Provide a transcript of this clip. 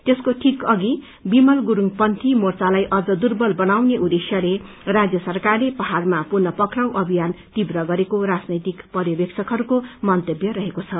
त्यसको ठीक अघि विमल गुरुङपन्थी मोर्चालाई अझ दुर्बल बनाउने उद्देश्यले राज्य सरकारले पहाड़मा पुनः पक्राउ अभियान तीव्र गरेको राजनैतिक पर्यवेक्षकहरूको मन्तव्य रहेको छ